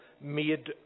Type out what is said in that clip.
Made